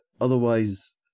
otherwise